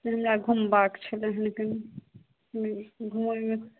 हमरा घुमबाक छलै हँ कनि घुमैमे